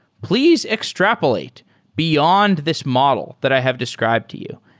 please extrapolate beyond this model that i have described to you.